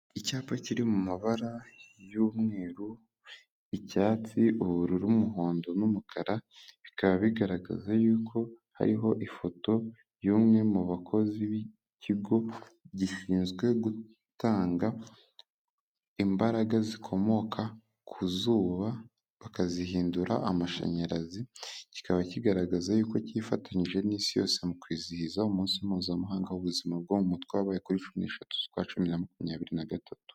Icyapa kiri mu mabara y'umweru, icyatsi, ubururu, umuhondo n'umukara, bikaba bigaragaza yuko hariho ifoto y'umwe mu bakozi b'ikigo gishinzwe gutanga imbaraga zikomoka ku zuba, bakazihindura amashanyarazi, kikaba kigaragaza yuko kifatanyije n'isi yose mu kwizihiza umunsi mpuzamahanga w'ubuzima bwo mutwe, wabaye kuri cumi n'eshatu z'ukwa cumi bibiri na makumyabiri na gatatu.